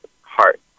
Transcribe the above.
heart